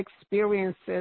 experiences